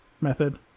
method